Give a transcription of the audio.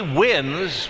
wins